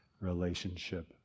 relationship